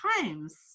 times